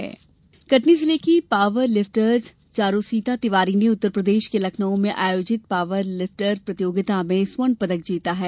gold medal Katni जिले की power lifter Charusita Tiwari ने उत्तरप्रदेश के लखनऊ में आयोजित पॉवर लिफटर प्रतियोगिता में स्वर्ण पदक जीता है